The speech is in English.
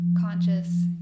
Conscious